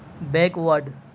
backward